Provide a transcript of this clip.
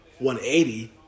$180